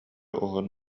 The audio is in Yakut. уһун